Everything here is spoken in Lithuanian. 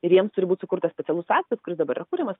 ir jiems turi būt sukurtas specialus aktas kuris dabar yra kuriamas